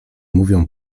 mówią